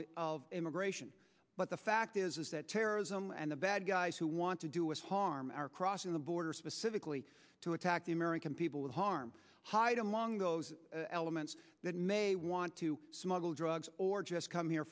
of immigration but the fact is that terrorism and the bad guys who want to do us harm are crossing the border specifically to attack the american people to harm hide among those elements that may want to smuggle drugs or just come here